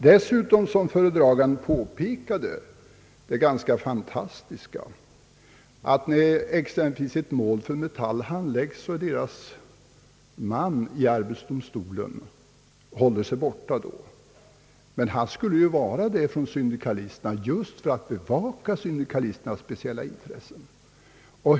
Dessutom påpekade den föredragande något ganska fantastiskt, nämligen att när ett mål t.ex. för Metall handläggs i arbetsdomstolen håller sig dess man borta. Han borde ju enligt motionen vara där just för att bevaka syndikalisternas speciella intressen.